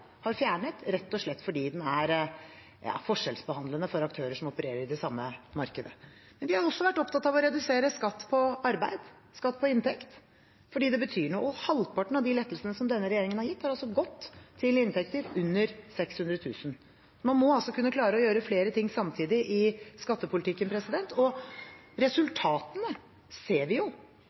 har fjernet, rett og slett fordi den er forskjellsbehandlende for aktører som opererer i det samme markedet. Vi har også vært opptatt av å redusere skatt på arbeidsinntekt fordi det betyr noe. Halvparten av lettelsene som denne regjeringen har gitt, har gått til dem med inntekter under 600 000 kr. Man må altså klare å gjøre flere ting samtidig i skattepolitikken. Resultatene ser vi: